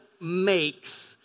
makes